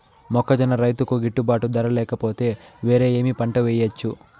మొక్కజొన్న రైతుకు గిట్టుబాటు ధర లేక పోతే, వేరే ఏమి పంట వెయ్యొచ్చు?